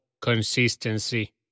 consistency